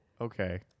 okay